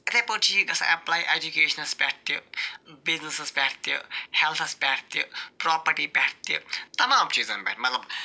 یِتھَے پٲٹھۍ چھِ یہِ گَژھا ن اٮ۪پلَے اٮ۪جِکیٚشنس پٮ۪ٹھ تہِ بِزنِسس پٮ۪ٹھ تہِ ہٮ۪لتھس پٮ۪ٹھ تہِ پرٛاپرٹی پٮ۪ٹھ تہِ تمام چیٖزن پٮ۪ٹھ مطلب